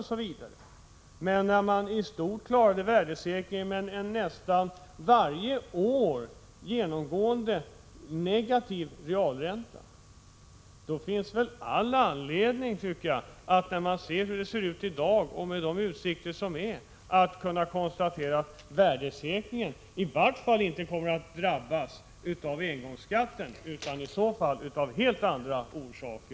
I stort sett klarade man alltså värdesäkringen trots en nästan varje år genomgående negativ realränta. Då finns det väl all anledning att i den situation som vi har i dag konstatera att engångsskatten inte kommer att hota värdesäkringen. Om den drabbas blir det av helt andra orsaker.